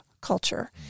culture